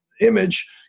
image